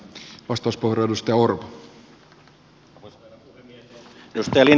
edustaja lintilälle